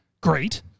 great